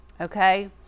okay